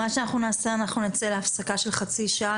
מה שאנחנו נעשה אנחנו נצא להפסקה של חצי שעה.